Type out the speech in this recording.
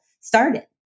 started